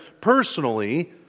personally